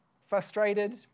frustrated